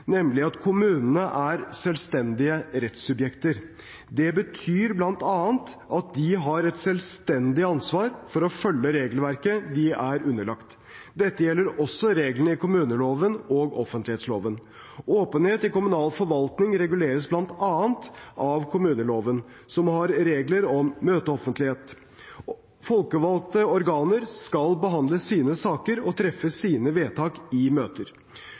nemlig at kommunene er selvstendige rettssubjekter. Det betyr bl.a. at de har et selvstendig ansvar for å følge regelverket de er underlagt. Dette gjelder også reglene i kommuneloven og offentlighetsloven. Åpenhet i kommunal forvaltning reguleres bl.a. av kommuneloven, som har regler om møteoffentlighet. Folkevalgte organer skal behandle sine saker og treffe sine vedtak i møter.